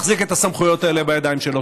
מחזיק את הסמכויות האלה בידיים שלו.